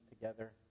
together